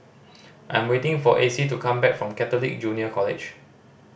I'm waiting for Acy to come back from Catholic Junior College